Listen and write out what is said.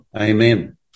Amen